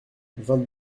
vingt